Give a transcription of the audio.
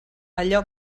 allò